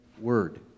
word